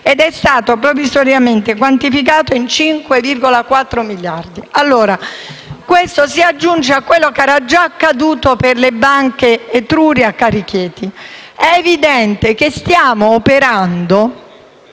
ed è stato provvisoriamente quantificato in 5,4 miliardi di euro. Questo si aggiunge a quello che era già accaduto per Banca Etruria e CariChieti. È evidente che stiamo operando